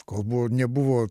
kol buvo nebuvo